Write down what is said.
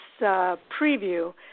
preview